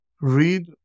read